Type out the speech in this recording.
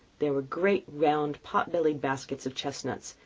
there were great, round, pot-bellied baskets of chestnuts,